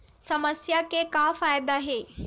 समस्या के का फ़ायदा हे?